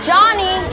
Johnny